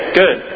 good